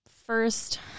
first